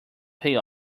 pay